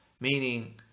meaning